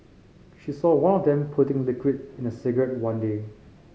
she saw one of them putting liquid in a cigarette one day